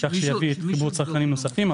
כך שיביא חיבור לצרכנים נוספים.